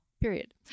period